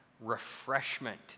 refreshment